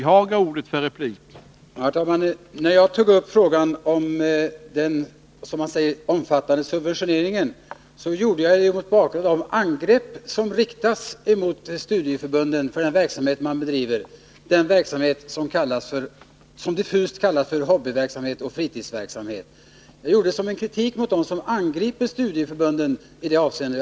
Herr talman! När jag tog upp frågan om den ”omfattande subventioneringen” mot bakgrund av angrepp som riktas mot studieförbunden för den verksamhet som diffust kallas för hobbyverksamhet och fritidsverksamhet, så gjorde jag det som en kritik mot dem som angriper studieförbunden i det avseendet.